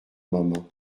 moment